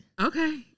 Okay